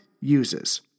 uses